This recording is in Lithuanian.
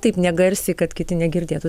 taip negarsiai kad kiti negirdėtų